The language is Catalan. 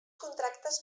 contractes